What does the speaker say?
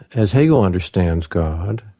as hegel understands god,